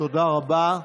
תודה רבה.